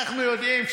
אנחנו יודעים,